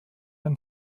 and